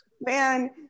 Man